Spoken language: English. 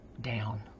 down